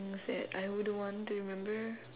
things that I wouldn't want to remember